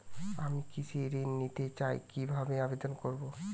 আমি কৃষি ঋণ নিতে চাই কি ভাবে আবেদন করব?